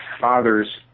father's